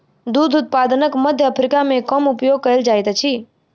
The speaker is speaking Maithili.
दूध उत्पादनक मध्य अफ्रीका मे कम उपयोग कयल जाइत अछि